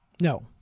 No